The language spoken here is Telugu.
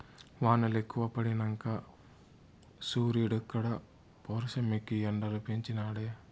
వానలెక్కువ పడినంక సూరీడుక్కూడా పౌరుషమెక్కి ఎండలు పెంచి నాడే